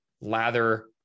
lather